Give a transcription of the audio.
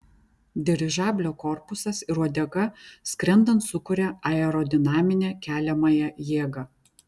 dirižablio korpusas ir uodega skrendant sukuria aerodinaminę keliamąją jėgą